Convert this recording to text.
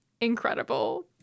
incredible